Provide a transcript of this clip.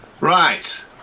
Right